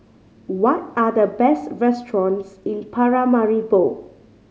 what are the best restaurants in Paramaribo